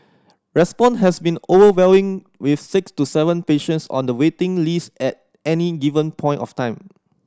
response has been overwhelming with six to seven patients on the waiting list at any given point of time